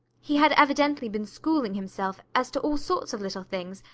he had evidently been schooling himself as to all sorts of little things,